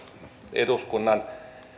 eduskunnan